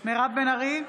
מירב בן ארי,